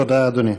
תודה, אדוני.